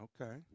Okay